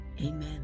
Amen